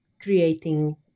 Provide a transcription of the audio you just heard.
creating